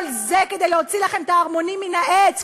כל זה כדי להוציא לכם את הערמונים מן האש,